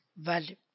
value